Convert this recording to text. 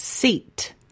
Seat